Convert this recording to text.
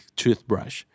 toothbrush